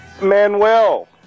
Manuel